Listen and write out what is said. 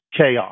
chaos